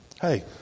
Hey